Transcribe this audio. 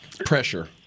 Pressure